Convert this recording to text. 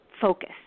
focus